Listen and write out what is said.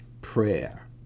prayer